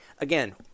Again